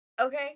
Okay